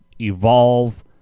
evolve